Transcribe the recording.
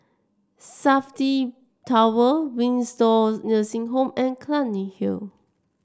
Safti Tower Windsor Nursing Home and Clunny Hill